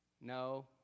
No